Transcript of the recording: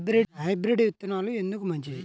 Hybrid విత్తనాలు ఎందుకు మంచివి?